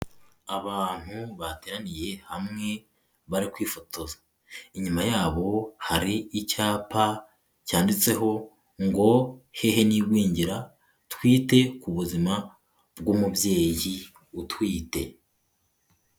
Abantu bateraniye hamwe barikwifotoza. Inyuma yabo hari icyapa cyanditseho ngo hehe n'igwingira twite ku buzima bw'umubyeyi utwite.